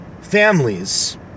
families